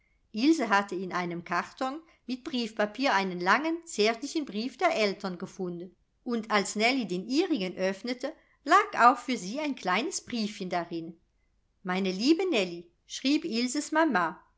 ilse hatte in einem karton mit briefpapier einen langen zärtlichen brief der eltern gefunden und als nellie den ihrigen öffnete lag auch für sie ein kleines briefchen darin meine liebe nellie schrieb ilses mama